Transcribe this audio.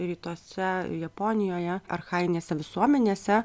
rytuose japonijoje archajinėse visuomenėse